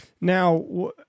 Now